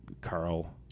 Carl